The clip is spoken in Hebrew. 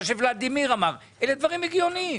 מה שוולדימיר אמר אלה דברים הגיוניים,